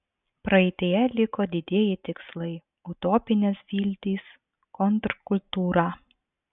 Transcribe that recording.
praeityje liko didieji tikslai utopinės viltys kontrkultūra